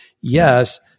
Yes